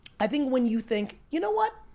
i think when you think you know what,